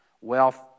Wealth